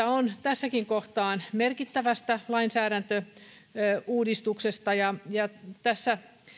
on tässäkin kohtaa merkittävästä lainsäädäntöuudistuksesta ja ja tässä